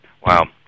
Wow